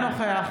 נוכח